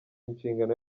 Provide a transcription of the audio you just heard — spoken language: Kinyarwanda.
inshingano